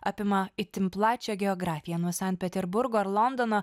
apima itin plačią geografiją nuo sankt peterburgo ar londono